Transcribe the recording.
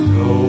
no